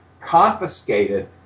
confiscated